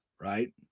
right